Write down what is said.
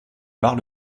bar